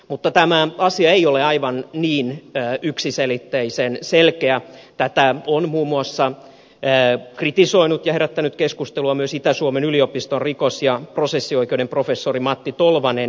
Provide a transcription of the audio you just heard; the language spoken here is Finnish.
mutta tämä asia ei ole aivan niin yksiselitteisen selkeä tätä on muun muassa kritisoinut ja herättänyt siitä keskustelua myös itä suomen yliopiston rikos ja prosessioikeuden professori matti tolvanen